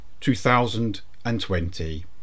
2020